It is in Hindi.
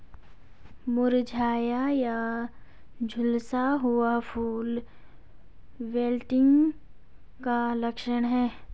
मुरझाया या झुलसा हुआ फूल विल्टिंग का लक्षण है